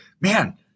man